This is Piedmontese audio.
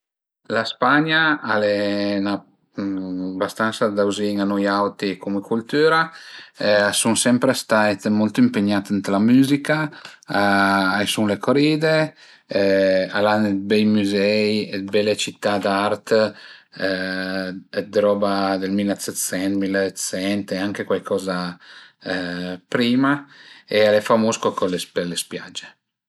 La Spagna al e 'na bastansa vizin a nui auti cume cultüra, a sun sempre stait molto ëmpegnà ën la müzica, a i sun le coride, al an d'bei müzei e d'bele cità d'art d'roba dël milasetsent, milaösent e anche cuaicoza prima e al e famus co për le spiage